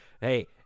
Hey